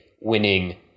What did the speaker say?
winning